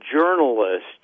journalists